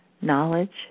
knowledge